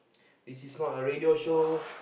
this is not a radio show